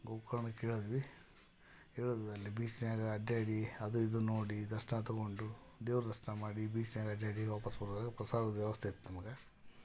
ಗೋಕರ್ಣಕ್ಕೆ ಇಳಿದ್ವಿ ಇಳ್ದು ಅಲ್ಲಿ ಬೀಚ್ನ್ಯಾಗ ಅಡ್ಡಾಡಿ ಅದು ಇದು ನೋಡಿ ದರ್ಶನ ತಗೊಂಡು ದೇವ್ರ ದರ್ಶನ ಮಾಡಿ ಬೀಚ್ನ್ಯಾಗ ಅಡ್ಡಾಡಿ ವಾಪಸ್ಸು ಬರೋದರೊಳಗೆ ಪ್ರಸಾದದ ವ್ಯವಸ್ಥೆ ಇತ್ತು ನಮ್ಗೆ